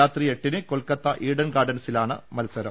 രാത്രി എട്ടിന് കൊൽക്കത്ത് ഈഡൻ ഗാർഡൻസിലാണ് മത്സരം